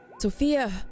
Sophia